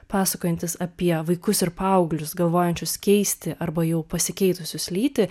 pasakojantis apie vaikus ir paauglius galvojančius keisti arba jau pasikeitusius lytį